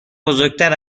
بزرگتر